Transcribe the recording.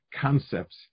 concepts